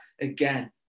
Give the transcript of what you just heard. again